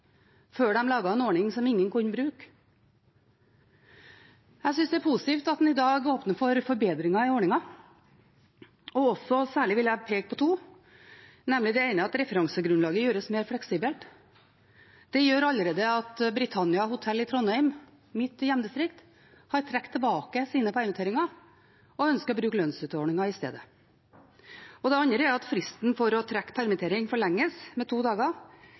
før de laget en ordning som ingen kunne bruke. Jeg synes det er positivt at en i dag åpner for forbedringer i ordningen, og særlig vil jeg peke på to. Det ene er at referansegrunnlaget gjøres mer fleksibelt. Det gjør at Britannia Hotel i Trondheim, i mitt hjemdistrikt, allerede har trukket tilbake sine permitteringer og ønsker å bruke lønnsstøtteordningen i stedet. Det andre er at fristen for å trekke permittering forlenges med to dager,